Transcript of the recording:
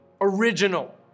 original